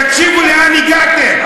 תקשיבו לאן הגעתם.